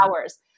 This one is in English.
hours